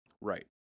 Right